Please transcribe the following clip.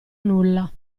nulla